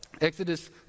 Exodus